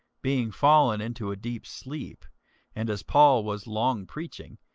being fallen into a deep sleep and as paul was long preaching,